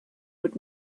would